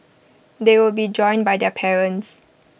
they will be joined by their parents